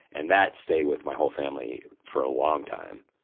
and that stayed with my whole family for a long time.